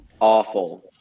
awful